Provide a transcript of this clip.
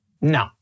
No